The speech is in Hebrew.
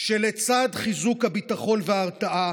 שלצד חיזוק הביטחון וההרתעה,